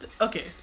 Okay